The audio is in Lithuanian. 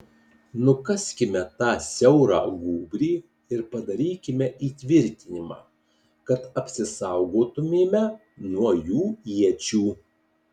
nukaskime tą siaurą gūbrį ir padarykime įtvirtinimą kad apsisaugotumėme nuo jų iečių